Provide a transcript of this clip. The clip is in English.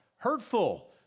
hurtful